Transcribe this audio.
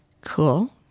cool